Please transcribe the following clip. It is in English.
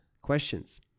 questions